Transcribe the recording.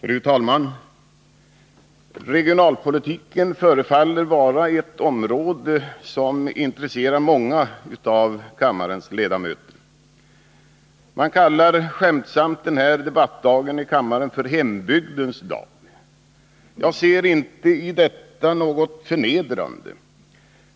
Fru talman! Regionalpolitiken förefaller vara ett område som intresserar många av kammarens ledamöter. Man kallar skämtsamt den här debattdagen i kammaren ”Hembygdens dag”. Jag ser inte i detta något förnedrande.